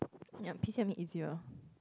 yap P C M E easier